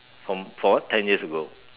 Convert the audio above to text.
from what ten years ago